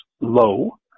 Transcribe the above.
low